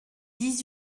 dix